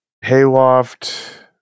hayloft